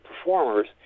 performers